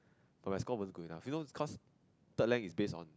but my score wasn't good enough you know cause third lang is based on